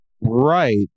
right